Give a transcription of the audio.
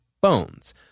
bones